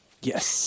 Yes